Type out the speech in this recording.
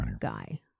guy